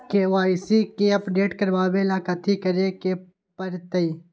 KYC के update करवावेला कथि करें के परतई?